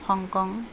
Hong Kong